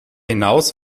hinaus